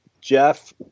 Jeff